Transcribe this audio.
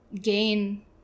gain